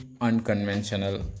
unconventional